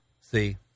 See